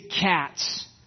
cats